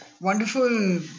wonderful